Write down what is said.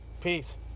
Peace